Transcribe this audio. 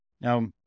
Now